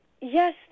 yes